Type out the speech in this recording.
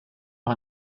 par